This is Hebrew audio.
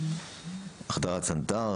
החדרת צנתר,